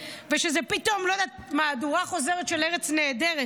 ושזה פתאום מהדורה חוזרת של ארץ נהדרת,